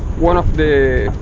one of the